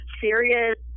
serious